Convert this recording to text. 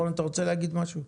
רון, אתה רוצה להגיד משהו?